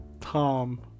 Tom